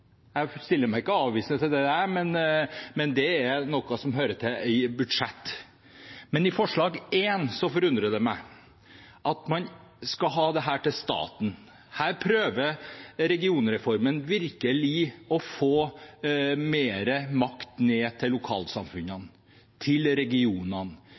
Jeg stiller meg ikke avvisende til det, men det er noe som hører til i et budsjett. Men det forundrer meg at man i komiteens forslag til vedtak skal ha dette til staten. Her prøver regionreformen virkelig å få mer makt ned til lokalsamfunnene, til regionene.